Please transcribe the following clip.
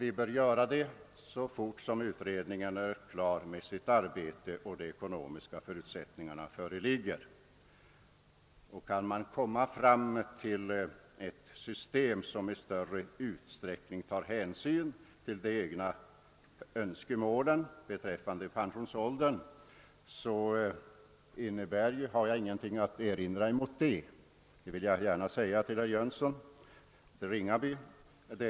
Detta bör göras så fort utredningens arbete är klart och de ekonomiska förutsättningarna föreligger. Om vi kan komma fram till ett system, som i större utsträckning tar hänsyn till de egna önskemålen beträffande pensionsåldern, har jag ingenting att erinra mot detta, vilket jag gärna vill framhålla till herr Jönsson och herr Ringaby.